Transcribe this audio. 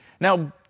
Now